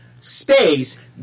space